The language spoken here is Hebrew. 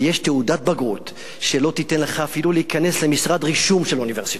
ויש תעודת בגרות שלא תיתן לך אפילו להיכנס למשרד רישום של אוניברסיטה,